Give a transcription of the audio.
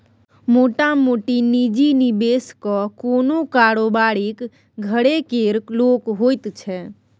मोटामोटी निजी निबेशक कोनो कारोबारीक घरे केर लोक होइ छै